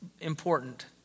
important